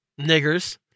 niggers